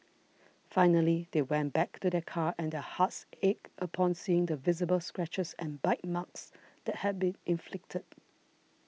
finally they went back to their car and their hearts ached upon seeing the visible scratches and bite marks that had been inflicted